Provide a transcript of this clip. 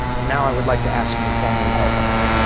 and now i would like to ask you to formally help us,